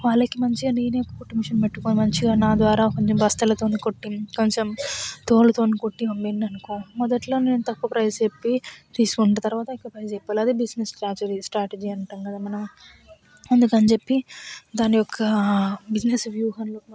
వాళ్ళకి మంచిగా నేనే కుట్టుమిషన్ పెట్టుకొని మంచిగా నా ద్వారా కొంచెం బస్తాలతోని కుట్టి కొంచెం తోళ్ళతోని కుట్టి అమ్మినారు అనుకో మొదట్లో నేను తక్కువ ప్రైస్ చెప్పి తీసుకుంటా తర్వాత ఎక్కువ ప్రైస్ చెప్పాలి అదే బిజినెస్ స్ట్రాజరీ స్ట్రాటజీ అంటాం కదా మనం అందుకని చెప్పి దానియొక్క బిజినెస్ వ్యూహంలో మనం ఎదగాలి అని అంటే